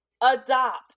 adopt